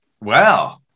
Wow